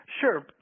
Sure